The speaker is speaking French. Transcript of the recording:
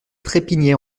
trépignait